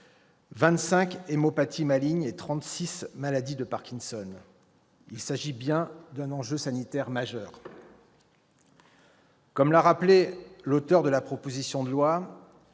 25 hémopathies malignes et 36 maladies de Parkinson. Il s'agit bien d'un enjeu sanitaire majeur. Comme l'a rappelé l'auteur de la proposition de loi,